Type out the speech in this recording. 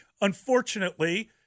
Unfortunately